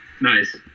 Nice